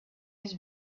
his